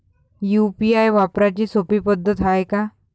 UPI वापराची सोपी पद्धत हाय का?